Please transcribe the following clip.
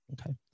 Okay